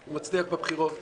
הוא מצליח בבחירות.